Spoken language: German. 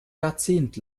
jahrzehnt